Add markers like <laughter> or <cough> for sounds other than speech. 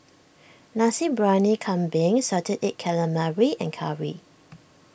Nasi Briyani Kambing Salted Egg Calamari and Curry <noise>